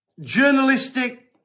journalistic